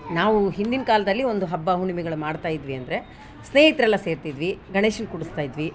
ನಾವು ಹಿಂದಿನ ಕಾಲದಲ್ಲಿ ಒಂದು ಹಬ್ಬ ಹುಣ್ಣಿಮೆಗಳು ಮಾಡ್ತಾ ಇದ್ವಿ ಅಂದರೆ ಸ್ನೇಹಿತರೆಲ್ಲ ಸೇರುತಿದ್ವಿ ಗಣೇಶನ್ನ ಕೂಡಿಸ್ತಾ ಇದ್ವಿ